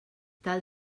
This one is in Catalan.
tal